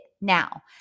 now